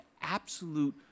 absolute